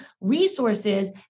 resources